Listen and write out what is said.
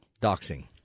Doxing